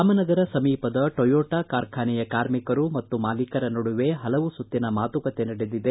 ರಾಮನಗರ ಸಮೀಪದ ಟೊಯೋಟಾ ಕಾರ್ಖಾನೆಯ ಕಾರ್ಮಿಕರು ಮತ್ತು ಮಾಲೀಕರ ನಡುವೆ ಹಲವು ಸುತ್ತಿನ ಮಾತುಕತೆ ನಡೆದಿದೆ